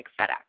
FedEx